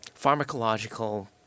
pharmacological